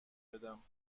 بدم